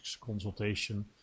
consultation